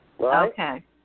Okay